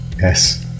Yes